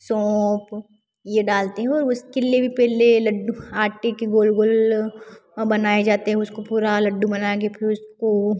सौफ़ यह डालती हूँ और उसके लिए भी पहले लड्डू आटे के गोल गोल बनाए जाते हैं उसको पूरा लड्डू बना कर फिर उसको